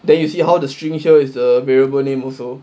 then you see how the string here is the variable name also